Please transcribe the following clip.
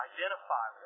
Identify